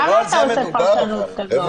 למה אתה עושה פרשנות כזאת?